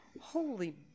Holy